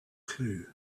clue